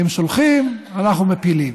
הם שולחים, אנחנו מפילים,